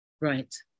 right